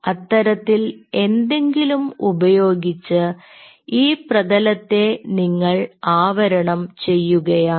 അത്തരത്തിൽ എന്തെങ്കിലും ഉപയോഗിച്ച് ഈ പ്രതലത്തെ നിങ്ങൾ ആവരണം ചെയ്യുകയാണ്